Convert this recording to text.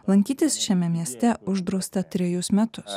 lankytis šiame mieste uždrausta trejus metus